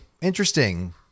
Interesting